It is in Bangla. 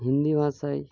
হিন্দি ভাষায়